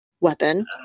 weapon